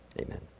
Amen